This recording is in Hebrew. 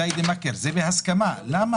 למה